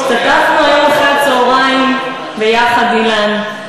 השתתפנו היום אחר-הצהריים יחד, אילן,